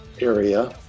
area